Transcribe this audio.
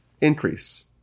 increase